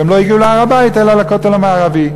והן לא הגיעו להר-הבית אלא לכותל המערבי.